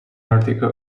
article